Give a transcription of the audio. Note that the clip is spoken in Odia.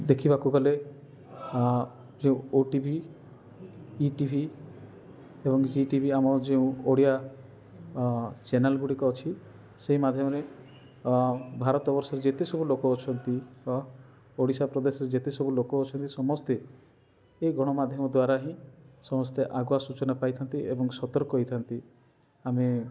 ଦେଖିବାକୁ ଗଲେ ଯେଉଁ ଓଟିଭି ଇଟିଭି ଏବଂ ଜିଟିଭି ଆମର ଯେଉଁ ଓଡ଼ିଆ ଚ୍ୟାନେଲ୍ ଗୁଡ଼ିକ ଅଛି ସେଇ ମାଧ୍ୟମରେ ଭାରତବର୍ଷରେ ଯେତେସବୁ ଲୋକ ଅଛନ୍ତି ଓଡ଼ିଶା ପ୍ରଦେଶରେ ଯେତେସବୁ ଲୋକ ଅଛନ୍ତି ସମସ୍ତେ ଏଇ ଗଣମାଧ୍ୟମ ଦ୍ୱାରା ହିଁ ସମସ୍ତେ ଆଗୁଆ ସୂଚନା ପାଇଥାନ୍ତି ଏବଂ ସତର୍କ ହୋଇଥାନ୍ତି ଆମେ